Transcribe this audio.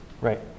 right